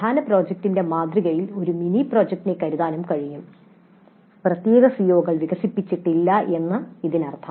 പ്രധാന പ്രോജക്റ്റിന്റെ മാതൃകയിൽ ഒരു മിനി പ്രോജക്റ്റിനെ കരുതാനും കഴിയും പ്രത്യേക സിഒകൾ വികസിപ്പിച്ചിട്ടില്ല എന്നാണ് ഇതിനർത്ഥം